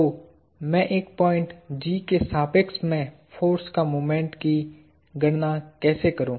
तो मैं एक पॉइंट G के सापेक्ष में फोर्स का मोमेंट की गणना कैसे करू